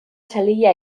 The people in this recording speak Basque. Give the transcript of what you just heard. salila